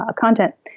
content